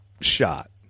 shot